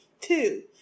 Two